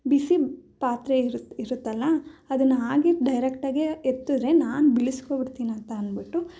ಬಿಸಿ ಪಾತ್ರೆ ಇರು ಇರುತ್ತಲ್ಲ ಅದನ್ನ ಹಾಗೆ ಡೈರೆಕ್ಟಾಗೆ ಎತ್ತಿದ್ರೆ ನಾನು ಬೀಳಿಸ್ಕೊಂಡ್ಬಿಡ್ತೀನಂತ ಅಂದ್ಬಿಟ್ಟು